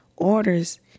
orders